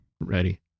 ready